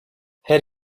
her